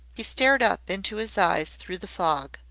he stared up into his eyes through the fog.